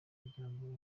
kugirango